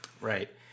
Right